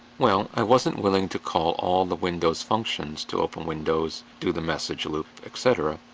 well, i wasn't willing to call all the windows functions to open windows, do the message loop, etc,